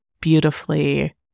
beautifully